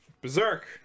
berserk